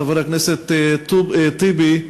חבר הכנסת טיבי,